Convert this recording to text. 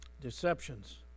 Deceptions